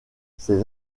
ces